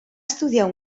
estudiar